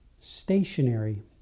stationary